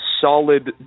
solid